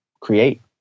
create